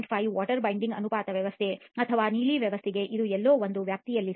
5 water binder ಅನುಪಾತ ವ್ಯವಸ್ಥೆ ಅಥವಾ ನೀಲಿ ವ್ಯವಸ್ಥೆಗೆ ಇದು ಎಲ್ಲೋ ಒಂದೇ ವ್ಯಾಪ್ತಿಯಲ್ಲಿದೆ